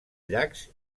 llacs